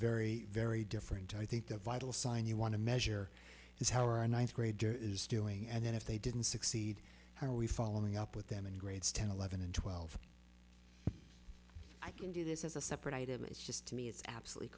very very different i think the vital sign you want to measure is how our ninth grader is doing and then if they didn't succeed are we following up with them in grades ten eleven and twelve i can do this as a separate item it's just to me it's absolutely